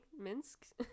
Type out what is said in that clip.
Minsk